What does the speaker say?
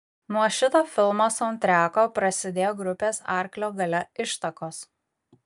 nuo šito filmo saundtreko prasidėjo grupės arklio galia ištakos